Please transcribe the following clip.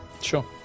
sure